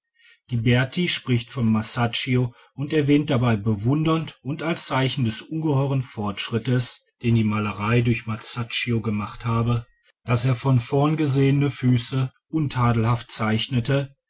wirft ghiberti spricht von masaccio und erwähnt dabei bewundernd und als zeichen des ungeheuren fortschrittes den die malerei durch masaccio gemacht habe daß er die von vorn gesehenen füße untadelhaft zeichnete